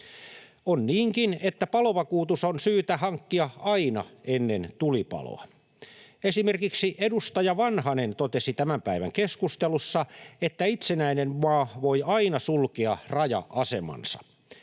On niinkin, että palovakuutus on syytä hankkia aina ennen tulipaloa. Esimerkiksi edustaja Vanhanen totesi tämän päivän keskustelussa, että itsenäinen maa voi aina sulkea raja-asemansa.